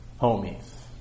homies